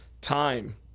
time